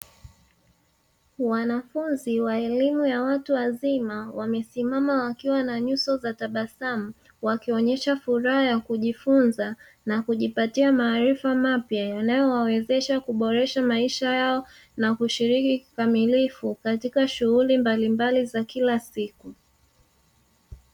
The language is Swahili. Wanafunzi wa elimu ya watu wazima wamesimama wakiwa na nyuso za tabasamu, wakionyesha furaha ya kujifunza na kujipatia maarifa mapya yanayowawezesha kuboresha maisha yao na kushiriki kikamilifu katika shughuli mbalimbali za kila siku.